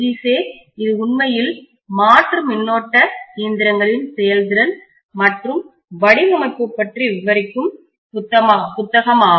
சே இது உண்மையில் மாற்று மின்னோட்ட இயந்திரங்களின் செயல்திறன் மற்றும் வடிவமைப்பு பற்றி விவரிக்கும் புத்தகமாகும்